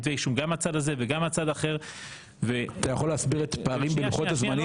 אתה יכול להסביר את הפערים בלוחות הזמנים?